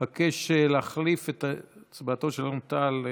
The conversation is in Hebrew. אני מבקש להחליף את הצבעתו של אלון טל,